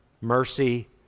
mercy